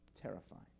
terrifying